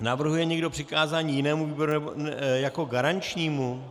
Navrhuje někdo přikázání jinému výboru jako garančnímu?